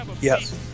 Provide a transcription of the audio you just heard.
Yes